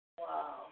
Wow